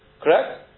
Correct